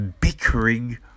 bickering